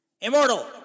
Immortal